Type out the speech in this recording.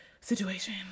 situation